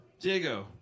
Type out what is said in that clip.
Diego